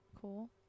Cool